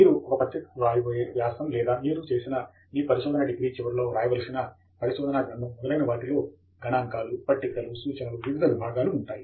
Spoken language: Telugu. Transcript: మీరు ఒక పత్రిక కు వ్రాయబోయే వ్యాసం లేదా మీరు చేసిన మీ పరిశోధన డిగ్రీ చివరిలో వ్రాయవలసిన పరిశోధనా గ్రంధము మొదలైన వాటిలో గణాంకాలు పట్టికలు సూచనలు వివిధ విభాగాలు ఉంటాయి